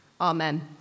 Amen